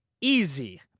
easy